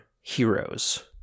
heroes